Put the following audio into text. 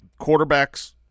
quarterbacks